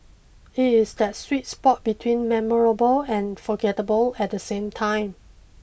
it is that sweet spot between memorable and forgettable at the same time